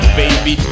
baby